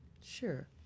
Sure